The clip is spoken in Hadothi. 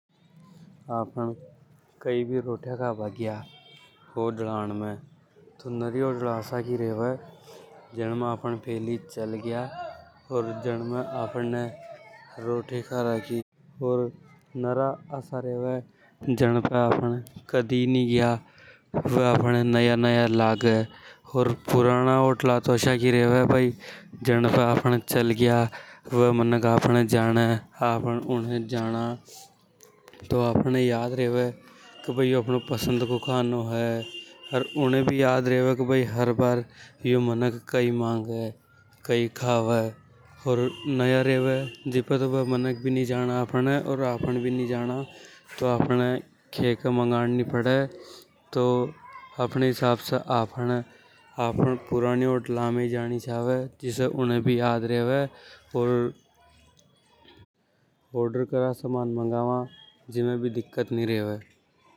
आपन कई भी रोटियां खाना गया होटला में। तो नरी होटला आसा की रेवे जिनमें आपन फैली चल गया। ओर जन में आपन ने रोटी खा रखी ओर। नरा आसा रेवे जन पे आफ़न कदी नि गया वे आफ़ने नया नया लागे। जन पे आफ़न चल गया वे मनक आफ़ने ज़ाने आफ़न उने जाना। तो आपहने याद रेवे के हर बार यो मनक कई मांगे। नया रेवे जीपे वे मनक भी नि जाने आफ़ने ओर आफ़न भी नि जाना। तो खेखे मांगड़नी पड़े तो आपहने अपने हिसाब से पुरानी होटला में ही जानो चावे ऑर्डर करा जीमे भी दिक्कत नि रेवे।